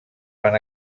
van